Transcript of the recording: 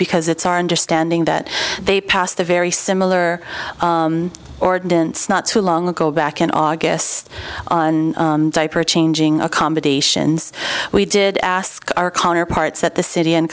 because it's our understanding that they passed a very similar ordinance not too long ago back in august and diaper changing accommodations we did ask our counterparts at the city and